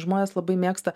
žmonės labai mėgsta